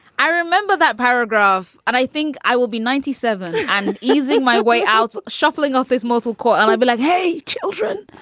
i remember that paragraph and i think i will be ninety seven and easing my way out, shuffling off this mortal coil be like, hey children,